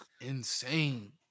insane